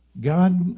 God